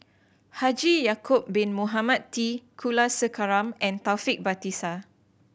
Haji Ya'acob Bin Mohamed T Kulasekaram and Taufik Batisah